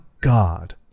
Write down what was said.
God